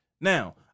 Now